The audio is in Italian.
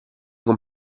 con